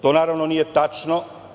To naravno nije tačno.